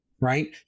right